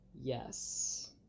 yes